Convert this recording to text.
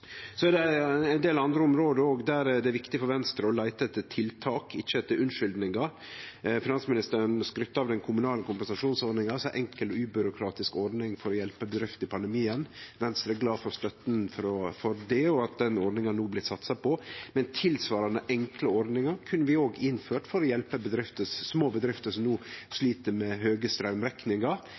Det er òg ein del andre område der det er viktig for Venstre å leite etter tiltak, ikkje etter unnskyldningar. Finansministeren skrytte av den kommunale kompensasjonsordninga, som er ei enkel og ubyråkratisk ordning for å hjelpe bedrifter i pandemien. Venstre er glad for støtta til det og for at den ordninga no blir satsa på, men tilsvarande enkle ordningar kunne vi òg innført for å hjelpe små bedrifter som no slit med høge straumrekningar.